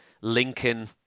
Lincoln